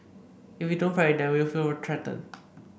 if we don't ferry them we feel threatened